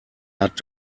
hat